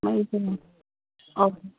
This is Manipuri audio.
ꯃꯩꯁꯦ ꯑꯧ